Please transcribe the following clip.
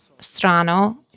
Strano